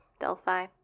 Delphi